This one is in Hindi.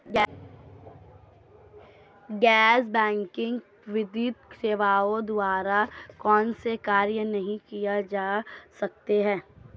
गैर बैंकिंग वित्तीय सेवाओं द्वारा कौनसे कार्य नहीं किए जा सकते हैं?